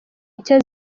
nshya